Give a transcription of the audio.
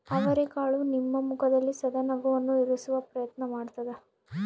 ಅವರೆಕಾಳು ನಿಮ್ಮ ಮುಖದಲ್ಲಿ ಸದಾ ನಗುವನ್ನು ಇರಿಸುವ ಪ್ರಯತ್ನ ಮಾಡ್ತಾದ